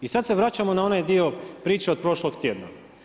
I sada se vraćamo na onaj dio priče od prošlog tjedna.